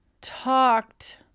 talked